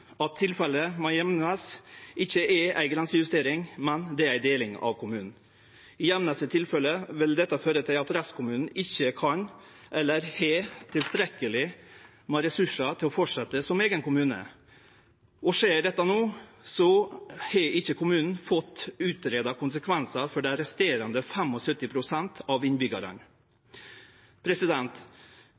at det ikkje er ei grensejustering, men ei deling av kommunen. I Gjemnes sitt tilfelle vil dette føre til at restkommunen ikkje kan eller ikkje har tilstrekkeleg med ressursar til å fortsetje som eigen kommune. Skjer dette no, har ikkje kommunen fått utgreidd konsekvensane for dei resterande 75 pst. av